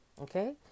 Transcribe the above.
Okay